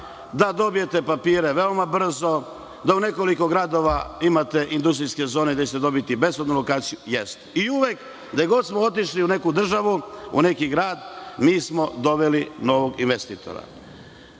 da dobijate papire veoma brzo, da u nekoliko gradova imate industrijske zone gde ćete dobiti besplatnu lokaciju? Jeste. Uvek, gde god smo otišli u neku državu, u neki grad, doveli smo novog investitora. Vlada